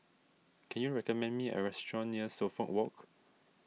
can you recommend me a restaurant near Suffolk Walk